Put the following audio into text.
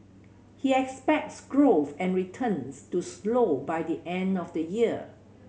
he expects growth and returns to slow by the end of the year